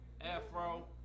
Afro